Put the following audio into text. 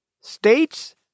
States